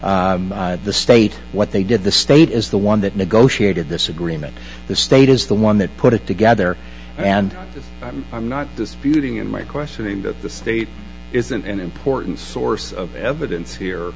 asking the state what they did the state is the one that negotiated this agreement the state is the one that put it together and i'm i'm not disputing in my question aimed at the state isn't an important source of evidence here